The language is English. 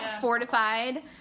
fortified